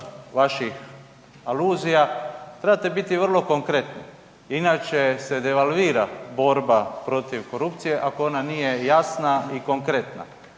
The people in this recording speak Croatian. vaših aluzija trebate biti vrlo konkretni inače se devalvira borba protiv korupcije ako ona nije jasna i konkretna.